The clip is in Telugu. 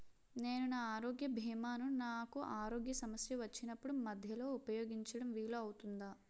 నేను నా ఆరోగ్య భీమా ను నాకు ఆరోగ్య సమస్య వచ్చినప్పుడు మధ్యలో ఉపయోగించడం వీలు అవుతుందా?